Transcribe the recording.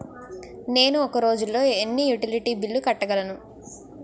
నేను ఒక రోజుల్లో ఎన్ని యుటిలిటీ బిల్లు కట్టగలను?